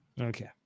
Okay